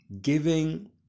Giving